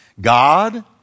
God